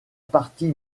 partie